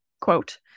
quote